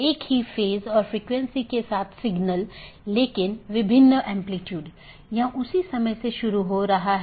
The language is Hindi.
यह BGP का समर्थन करने के लिए कॉन्फ़िगर किया गया एक राउटर है